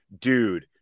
dude